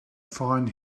find